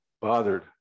bothered